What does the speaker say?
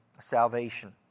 salvation